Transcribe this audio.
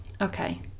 Okay